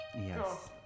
Yes